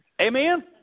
Amen